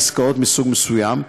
בעסקאות מסוג מסוים,